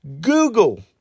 Google